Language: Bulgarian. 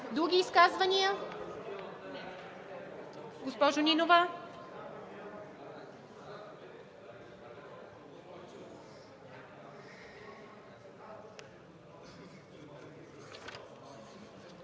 Други изказвания? Госпожо Нинова.